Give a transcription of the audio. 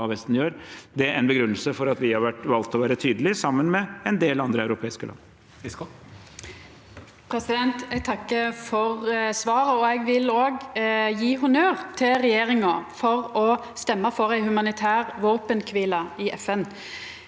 Det er en begrunnelse for at vi har valgt å være tydelig sammen med en del andre europeiske land.